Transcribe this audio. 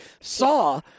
saw